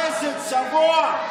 איזה צבוע.